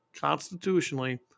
constitutionally